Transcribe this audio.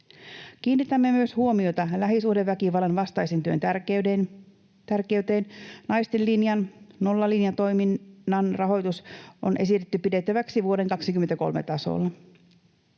Kiinnitämme myös huomiota lähisuhdeväkivallan vastaisen työn tärkeyteen. Naisten Linjan ja Nollalinja-toiminnan rahoitus on esitetty pidettäväksi vuoden 23 tasolla.